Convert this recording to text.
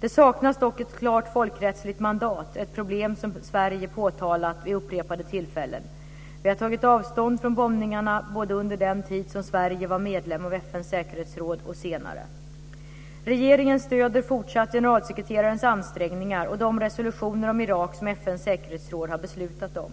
Det saknas dock ett klart folkrättsligt mandat, ett problem som Sverige påtalat vid upprepade tillfällen. Vi har tagit avstånd från bombningarna, både under den tid som Sverige var medlem av FN:s säkerhetsråd och senare. Regeringen stöder fortsatt generalsekreterarens ansträngningar och de resolutioner om Irak som FN:s säkerhetsråd har beslutat om.